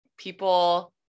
People